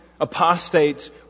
Apostates